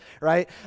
right